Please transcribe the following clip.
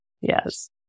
Yes